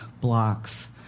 blocks